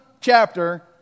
chapter